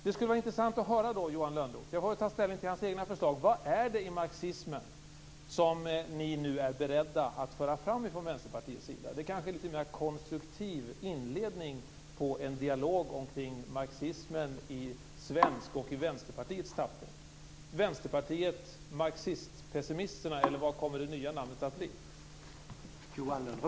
Det skulle vara intressant att höra av Johan Lönnroth vad det är i marxismen som ni nu är beredda att föra fram från Vänsterpartiets sida. Det kanske är en litet mer konstruktiv inledning på en dialog kring marxismen i svensk och i Vänsterpartiets tappning. Vänsterpartiet marxistpessimisterna, eller vad kommer det nya namnet att bli?